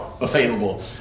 available